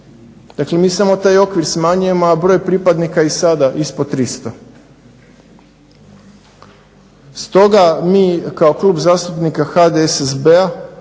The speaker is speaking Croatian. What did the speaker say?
dakle mi samo taj okvir smanjujemo a broj pripadnika je i sada ispod 300. Stoga mi kao Klub zastupnika HDSSB-a